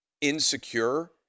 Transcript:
insecure